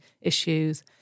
issues